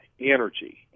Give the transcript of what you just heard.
energy